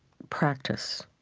practice,